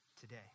today